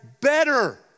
better